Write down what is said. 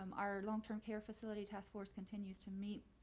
um our long term care facility task force continues to meet